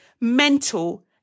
mental